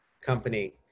company